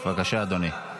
בבקשה, אדוני.